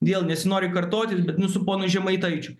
vėl nesinori kartotis bet nu su ponu žemaitaičiu